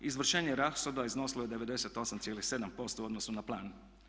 Izvršenje rashoda iznosilo je 98,7% u odnosu na plan.